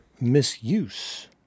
misuse